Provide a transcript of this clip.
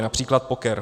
Například poker.